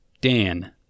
Dan